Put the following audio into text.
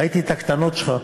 ראיתי את הקטנות שלך,